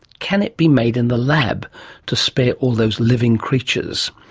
can it be made in the lab to spare all those living creatures?